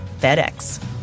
FedEx